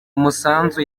umusanzu